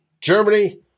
Germany